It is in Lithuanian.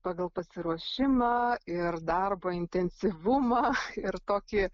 pagal pasiruošimą ir darbo intensyvumą ir tokį